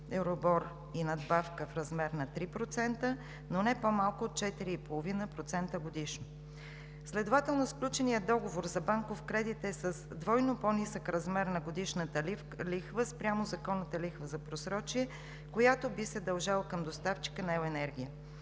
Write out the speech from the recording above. EURIBOR и надбавка в размер на 3%, но не по-малко от 4,5% годишно. Следователно сключеният договор за банков кредит е с двойно по-нисък размер на годишната лихва спрямо законната лихва за просрочие, която би се дължала към доставчика на електрическа